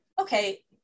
okay